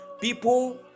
People